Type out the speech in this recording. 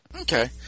Okay